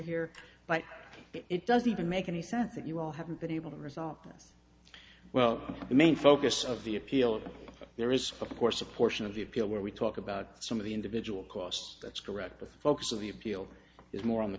here but it doesn't even make any sense that you all haven't been able to resolve this well the main focus of the appeal if there is of course a portion of the appeal where we talk about some of the individual costs that's correct the focus of the appeal is more on the